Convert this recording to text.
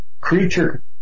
creature